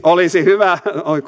olisi hyvä